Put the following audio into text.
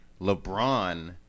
LeBron